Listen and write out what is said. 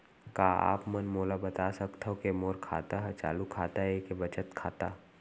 का आप मन मोला बता सकथव के मोर खाता ह चालू खाता ये के बचत खाता?